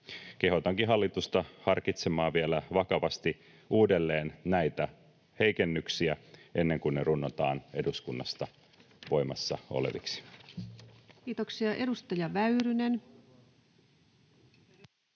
Kehotankin hallitusta harkitsemaan vielä vakavasti uudelleen näitä heikennyksiä ennen kuin ne runnotaan eduskunnasta voimassa oleviksi. [Speech 233] Speaker: